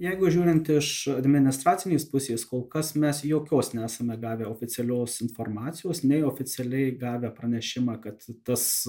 jeigu žiūrint iš administracinės pusės kol kas mes jokios nesame gavę oficialios informacijos nei oficialiai gavę pranešimą kad tas